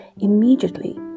immediately